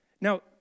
Now